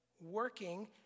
working